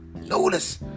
Notice